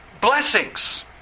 blessings